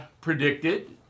predicted